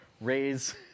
raise